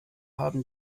haben